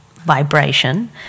vibration